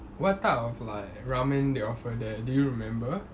what type of like ramen they offer there do you remember